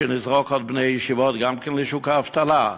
שנזרוק את בני הישיבות גם כן לשוק האבטלה?